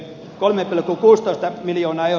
kolme pilkku kuusitoista miljoonaa ja